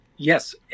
yes